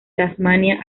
tasmania